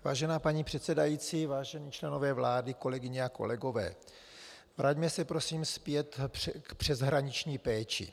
Vážená paní předsedající, vážení členové vlády, kolegyně a kolegové, vraťme se prosím zpět k přeshraniční péči.